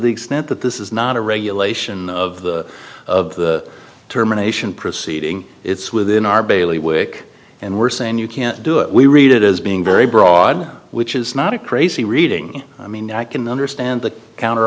the extent that this is not a regulation of the of the terminations proceeding it's within our bailey wick and we're saying you can't do it we read it as being very broad which is not a crazy reading i mean i can understand the counter